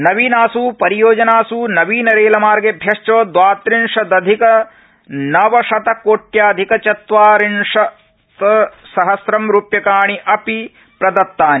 नवीनास परियोजनास नवीन रेल मार्गेभ्यश्च द्वात्रिंशदधिकनवशतकोटि्याधिक चत्वारिंशतसहस्रं रुप्यकाणि अपि प्रदत्तानि